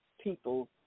people